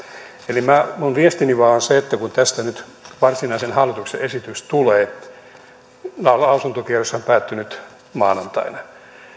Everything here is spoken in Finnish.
eli minun viestini on vain se että kun tästä nyt varsinainen hallituksen esitys tulee lausuntokierroshan päättyi nyt maanantaina